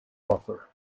offer